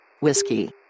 Whiskey